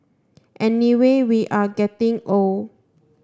anyway we are getting old